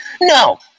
No